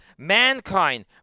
Mankind